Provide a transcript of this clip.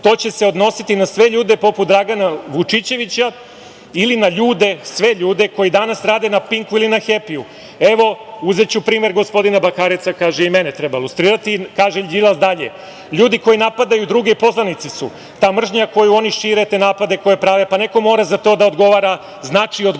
to će se odnositi na sve ljude poput Dragana Vučićevića, ili na sve ljude koji danas rade na „Pinku“ ili na „Hepiju. Evo, uzeću primer gospodina Bakareca.“ Kaže i mene treba lustrirati. Kaže Đilas dalje: „Ljudi koji napadaju druge i poznanici su, ta mržnja koju oni šire, te napade koje prave, pa neko mora za to da odgovara, znači odgovaraće